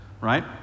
right